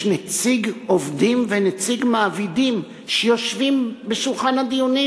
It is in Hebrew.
יש נציג עובדים ונציג מעבידים שיושבים לשולחן הדיונים.